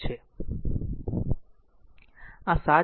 આ 7